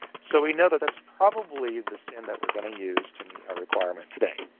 so we know that's probably the sin that we're going to use to meet our requirements today.